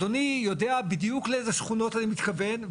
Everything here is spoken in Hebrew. אדוני יודע בדיוק לאיזה שכונות אני מתכוון,